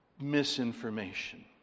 misinformation